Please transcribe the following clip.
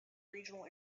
regional